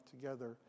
together